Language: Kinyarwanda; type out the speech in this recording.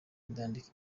nandika